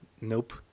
Nope